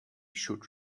should